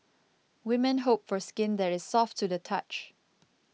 women hope for skin that is soft to the touch